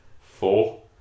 Four